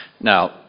Now